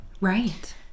Right